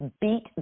beat